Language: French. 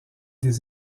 des